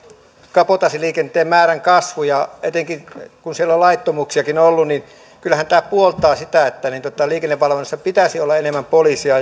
kabotaasiliikenteen määrän kasvu ja etenkin kun siellä on laittomuuksiakin ollut niin kyllähän tämä puoltaa sitä että liikennevalvonnassa pitäisi olla enemmän poliiseja